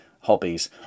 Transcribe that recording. hobbies